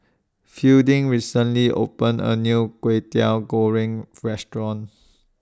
Fielding recently opened A New Kwetiau Goreng Restaurant